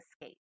escape